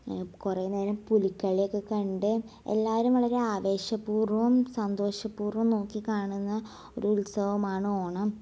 കുറെ നേരം പുലിക്കളിയൊക്കെ കണ്ട് എല്ലാവരും വളരെ ആവേശപൂർവ്വം സന്തോഷപൂർവ്വം നോക്കി കാണുന്ന ഒരുത്സവമാണ് ഓണം